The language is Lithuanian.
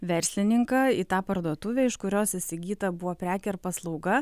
verslininką į tą parduotuvę iš kurios įsigyta buvo prekė ar paslauga